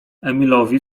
emilowi